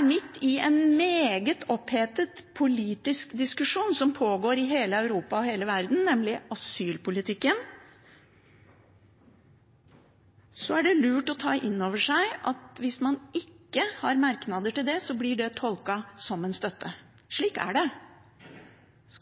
midt i en meget opphetet politisk diskusjon som pågår i hele Europa og hele verden, nemlig asylpolitikken, og man ikke har merknader til det, blir det tolket som en støtte. Slik er det.